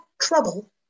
trouble